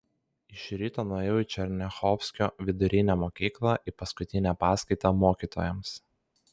iš ryto nuėjau į černiachovskio vidurinę mokyklą į paskutinę paskaitą mokytojams